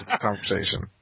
conversation